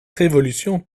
révolution